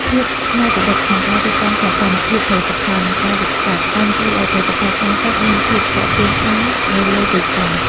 ភាពច្នៃប្រឌិតក្នុងការរៀបចំសោភ័ណភាពផលិតផល និងការវេចខ្ចប់ បានជួយឱ្យផលិតផលក្នុងស្រុកមានភាពទាក់ទាញខ្លាំងនៅលើទីផ្សារ។